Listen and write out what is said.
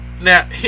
Now